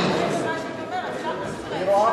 אני אומרת,